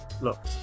Look